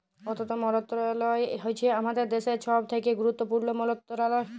অথ্থ মলত্রলালয় হছে আমাদের দ্যাশের ছব থ্যাকে গুরুত্তপুর্ল মলত্রলালয়